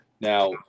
now